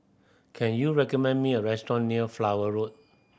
can you recommend me a restaurant near Flower Road